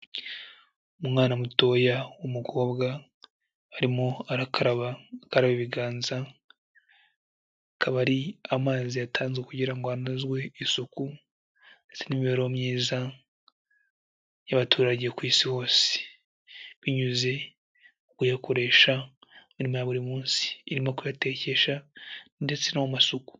Umwana mutoya w'umukobwa arimo arakaraba akaraba ibiganza, akaba ari amazi yatanzwe kugira ngo anozwe isuku ndetse n'imibereho myiza y'abaturage ku Isi hose, binyuze kuyakoresha imirimo ya buri munsi irimo kuyatekesha ndetse no mu masuku.